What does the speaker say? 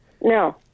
No